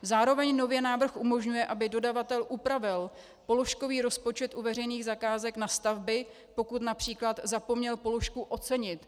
Zároveň nově návrh umožňuje, aby dodavatel upravil položkový rozpočet u veřejných zakázek na stavby, pokud například zapomněl položku ocenit.